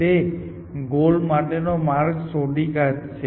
તે ગોલ માટેનો માર્ગ શોધી કાઢશે